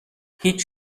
هیچ